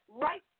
right